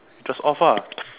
just off ah